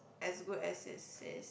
as good as it says